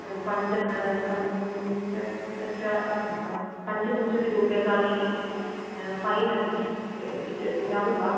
पञ्च पञ्चदश पञ्चविंशतिरूप्यकाणि फ़ैन् अस्ति यच्छतु ज्ञातं वा